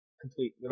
Complete